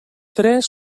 tres